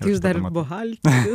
jūs dar ir buhalteris